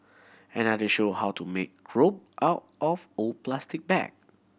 another showed how to make rope out of old plastic bag